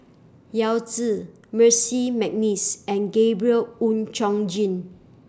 Yao Zi Mercy Mcneice and Gabriel Oon Chong Jin